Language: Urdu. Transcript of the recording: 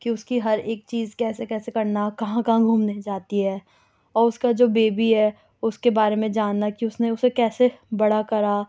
کہ اس کی ہر ایک چیز کیسے کیسے کرنا کہاں کہاں گھومنے جاتی ہے اور اس کا جو بیبی ہے اس کے بارے میں جاننا کہ اس نے اسے کیسے بڑا کرا